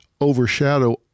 overshadow